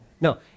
No